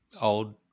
old